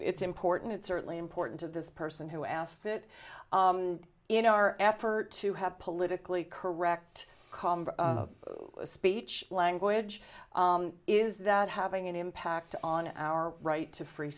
it's important it's certainly important to this person who asked it in our effort to have politically correct speech language is that having an impact on our right to free